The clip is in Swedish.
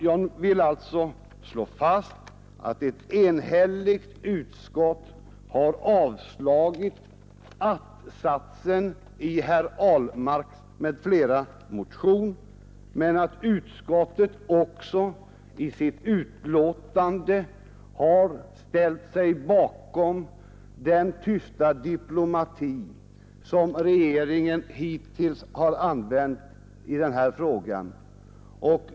Jag vill alltså slå fast att ett enhälligt utskott har avstyrkt att-satsen i motionen av herr Ahlmark m.fl. men att utskottet också i sitt betänkande har ställt sig bakom den tysta diplomati som regeringen hittills har använt i den här frågan.